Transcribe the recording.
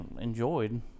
enjoyed